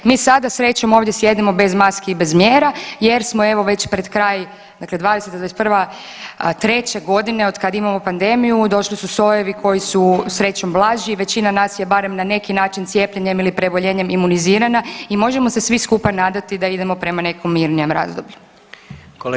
Mi sada srećom ovdje sjedimo bez maske i bez mjera jer smo evo već pred kraj dakle '20.-'21. treće godine otkad imamo pandemiju došli su sojevi koji su srećom blaži, većina nas je barem na neki način cijepljenjem ili preboljenjem imunizirana i možemo se svi skupa nadati da idemo prema nekom mirnijem razdoblju.